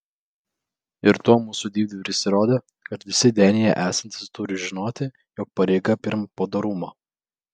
ir tuo mūsų didvyris įrodė kad visi denyje esantys turi žinoti jog pareiga pirm padorumo